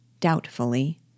doubtfully